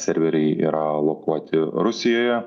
serveriai yra lokuoti rusijoje